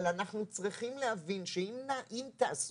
אבל אנחנו צריכים להבין שאם תיעשה